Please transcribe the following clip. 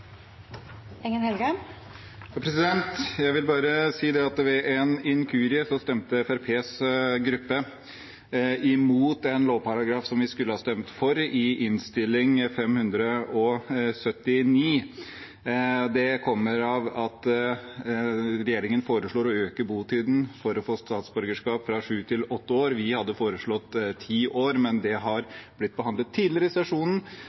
om ordet. Jeg vil bare si at ved en inkurie stemte Fremskrittspartiets gruppe imot en lovparagraf som vi skulle ha stemt for, i Innst. 579 L for 2020–2021. Det kommer av at regjeringen foreslår å øke botiden for å få statsborgerskap fra sju til åtte år. Vi hadde foreslått ti år, men det har blitt behandlet tidligere i sesjonen,